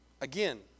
again